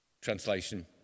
translation